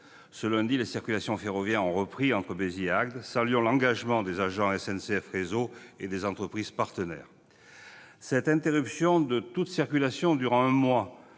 Ce lundi, les circulations ferroviaires ont repris entre Béziers et Agde. Saluons l'engagement des agents de SNCF Réseau et des entreprises partenaires. Cette interruption de toute circulation durant un mois